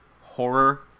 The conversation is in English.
horror